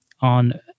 On